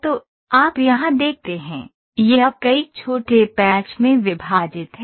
तो आप यहां देखते हैं यह अब कई छोटे पैच में विभाजित है